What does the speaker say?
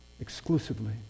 Exclusively